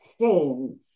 change